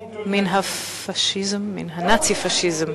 מן הנאצו-פאשיזם.